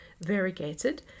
variegated